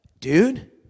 dude